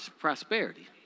prosperity